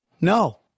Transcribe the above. No